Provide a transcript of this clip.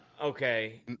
Okay